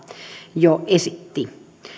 jo esitti